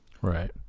right